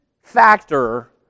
factor